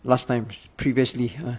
last time previously ah